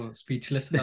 speechless